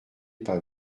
pas